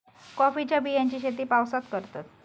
कॉफीच्या बियांची शेती पावसात करतत